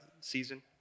season